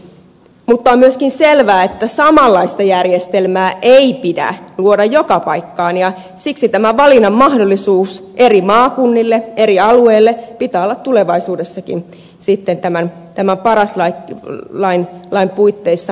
mutta on myöskin selvää että samanlaista järjestelmää ei pidä luoda joka paikkaan ja siksi valinnan mahdollisuuden eri maakunnille eri alueille pitää olla tulevaisuudessakin tämän paras lain puitteissa mahdollista